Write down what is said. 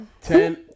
Ten